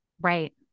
Right